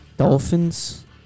Dolphins